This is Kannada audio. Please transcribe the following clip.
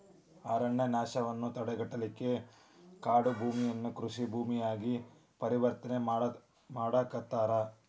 ಅರಣ್ಯನಾಶವನ್ನ ತಡೆಗಟ್ಟಲಿಕ್ಕೆ ಕಾಡುಭೂಮಿಯನ್ನ ಕೃಷಿ ಭೂಮಿಯಾಗಿ ಪರಿವರ್ತನೆ ಮಾಡಾಕತ್ತಾರ